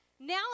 Now